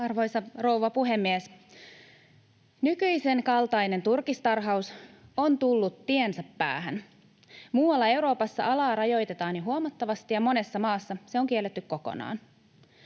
Arvoisa rouva puhemies! Nykyisen kaltainen turkistarhaus on tullut tiensä päähän. Muualla Euroopassa alaa rajoitetaan jo huomattavasti, ja monessa maassa se on kielletty kokonaan.